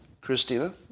Christina